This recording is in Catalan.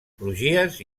crugies